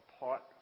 apart